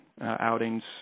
outings